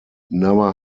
never